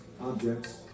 objects